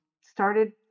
started